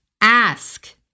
Ask